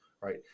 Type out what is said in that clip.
right